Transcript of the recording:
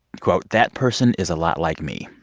quote, that person is a lot like me.